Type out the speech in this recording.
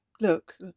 Look